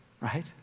Right